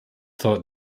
thought